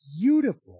beautiful